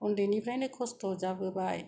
उन्दैनिफ्रायनो खस्त' जाबोबाय